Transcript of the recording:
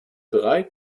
drei